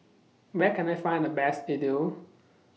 Where Can I Find The Best Idili